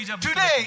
today